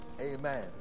Amen